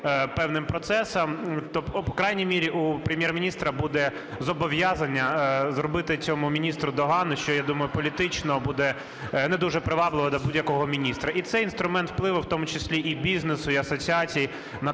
певним процесам, то по крайній мірі у Прем'єр-міністра буде зобов'язання зробити цьому міністру догану, що, я думаю, політично буде не дуже привабливо для будь-якого міністра. І цей інструмент впливу, в тому числі і бізнесу, і асоціації, на